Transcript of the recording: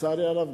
לצערי הרב,